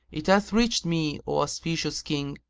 it hath reached me, o auspicious king,